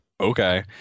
okay